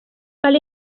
cal